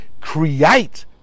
create